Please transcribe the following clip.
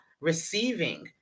receiving